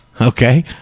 Okay